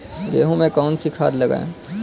गेहूँ में कौनसी खाद लगाएँ?